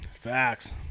Facts